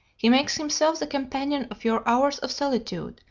he makes himself the companion of your hours of solitude,